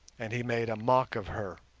and he made a mock of her.